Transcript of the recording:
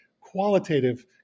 qualitative